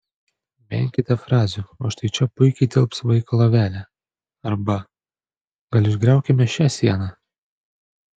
venkite frazių o štai čia puikiai tilps vaiko lovelė arba gal išgriaukime šią sieną